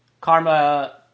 karma